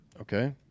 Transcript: Okay